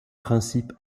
principes